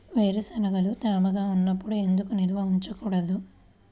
వేరుశనగలు తేమగా ఉన్నప్పుడు ఎందుకు నిల్వ ఉంచకూడదు?